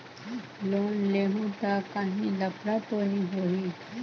Loan लेहूं ता काहीं लफड़ा तो नी होहि?